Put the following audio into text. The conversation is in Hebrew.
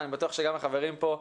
ואני בטוח שגם החברים פה,